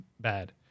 bad